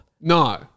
No